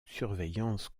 surveillance